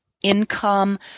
Income